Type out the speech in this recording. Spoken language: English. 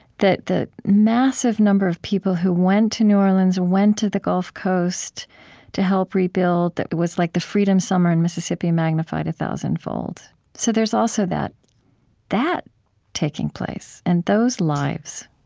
that the massive number of people who went to new orleans, went to the gulf coast to help rebuild, that was like the freedom summer in mississippi magnified a thousand-fold. so there's also that taking taking place and those lives,